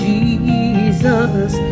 Jesus